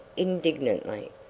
indignantly.